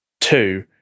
Two